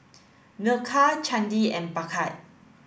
Milkha Chandi and Bhagat